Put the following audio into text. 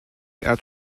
air